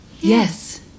Yes